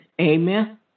Amen